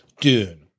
Dune